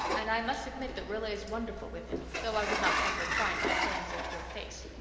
and i must admit that rilla is wonderful with him, though i would not pamper pride by saying so to her face.